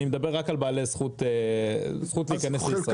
אני מדבר רק על בעלי זכות להיכנס לישראל.